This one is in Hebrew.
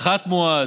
פחת מואץ,